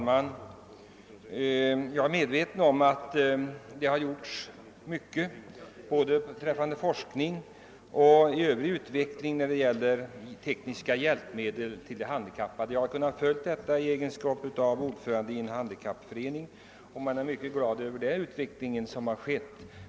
Herr talman! Både på forskningens område och när det gäller utvecklingen av tekniska hjälpmedel för handikappade har det gjorts mycket; det har jag kunnat konstatera som ordförande i en handikappförening, där man är mycket glad över den utveckling som skett.